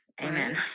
Amen